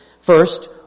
First